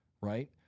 right